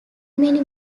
many